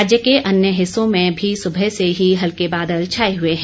राज्य के अन्य हिस्सों में सुबह से ही हल्के बादल छाए हुए हैं